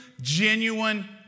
genuine